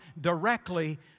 directly